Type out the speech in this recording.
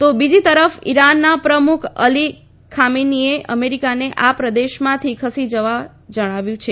તો બીજી તરફ ઇરાનના પ્રમુખ અલી ખામેનીએ અમેરિકાને આ પ્રદેશમાંથી ખસી જવા જણાવ્યું છે